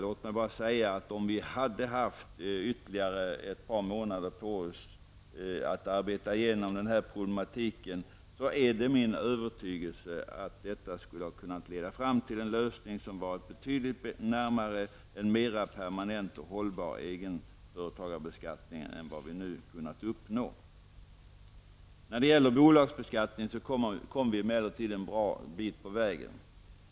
Låt mig bara säga att om vi hade haft ytterligare ett par månader på oss att arbeta igenom denna problematik, är det min övertygelse att det skulle ha kunnat leda fram till en lösning som varit betydligt närmare en mer permanent och hållbar egenföretagarbeskattning än den som vi nu har kunnat uppnå. När det gäller bolagsbeskattning kom vi emellertid en bra bit på väg.